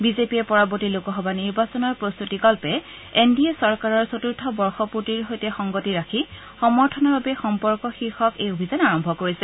বিজেপিয়ে পৰৱৰ্তী লোকসভা নিৰ্বাচনৰ প্ৰস্তুতিকল্পে এন ডি এ চৰকাৰৰ চতুৰ্থ বৰ্ষপূৰ্তিৰ সৈতে সংগতি ৰাখি সমৰ্থনৰ বাবে সম্পৰ্ক শীৰ্ষক এই অভিযান আৰম্ভ কৰিছে